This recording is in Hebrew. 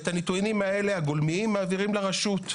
את הנתונים האלה, הגולמיים, מעבירים לרשות.